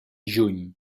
juny